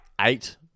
eight